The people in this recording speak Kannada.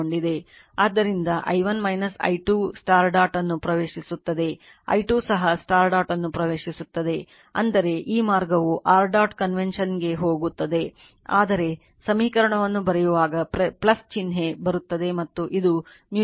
ಆದ್ದರಿಂದ i1 i 2 ಡಾಟ್ ಅನ್ನು ಪ್ರವೇಶಿಸುತ್ತದೆ i 2 ಸಹ ಡಾಟ್ ಅನ್ನು ಪ್ರವೇಶಿಸುತ್ತದೆ ಅಂದರೆ ಈ ಮಾರ್ಗವು r ಡಾಟ್ covention M